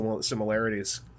similarities